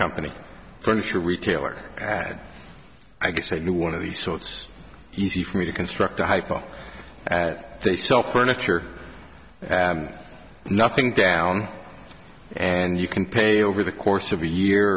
company furniture retailer had i guess a new one of these so it's easy for me to construct a hypo at they sell furniture nothing down and you can pay over the course of a year